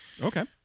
Okay